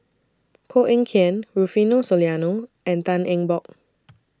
Koh Eng Kian Rufino Soliano and Tan Eng Bock